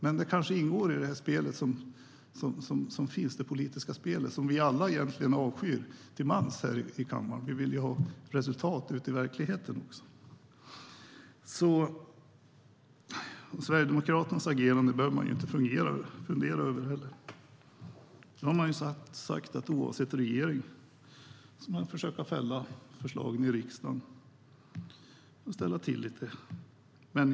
Men det kanske ingår i det politiska spelet som vi alla här i kammaren egentligen lite till mans avskyr. Vi vill ju ha resultat ute i verkligheten. Sverigedemokraternas agerande behöver man inte fundera över. De har ju sagt att oavsett regering ska de försöka fälla förslagen i riksdagen och ställa till lite.